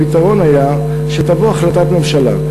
הפתרון היה שתבוא החלטת ממשלה.